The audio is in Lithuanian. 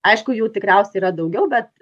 aišku jų tikriausiai yra daugiau bet